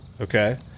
Okay